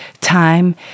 time